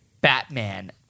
Batman